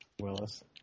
Willis